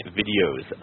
videos